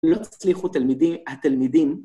לא תצליחו התלמידים...